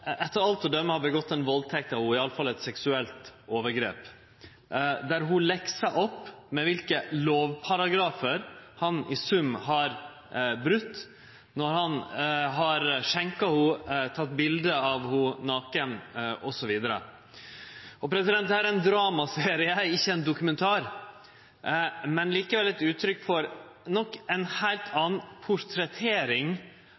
etter alt å døme har gjort seg skuldig i ei valdtekt av ho, iallfall eit seksuelt overgrep, der ho leksar opp kva for lovparagrafar han i sum har brote når han har skjenka ho, teke bilete av ho naken, osv. Dette er ein dramaserie, ikkje ein dokumentar, men likevel eit uttrykk for ei heilt anna portrettering av ei 15–16 år gamal jente enn det ein